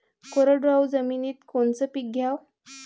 कोरडवाहू जमिनीत कोनचं पीक घ्याव?